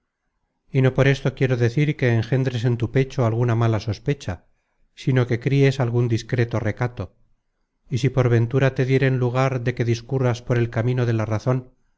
y no por esto quiero decir que engendres en tu pecho alguna mala sospecha sino que cries algun discreto recato y si por ventura te dieren lugar de que discurras por el camino de la razon